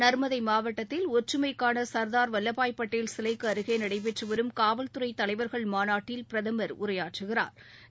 நர்மதை மாவட்டத்தில் ஒற்றுமைக்கான சர்தார் வல்லவாய் பட்டேல் சிலைக்கு அருகே நடைபெற்று வரும் காவல்துறை தலைவர்கள் மாநாட்டில் பிரதமர் உரையாற்றுகிறாா்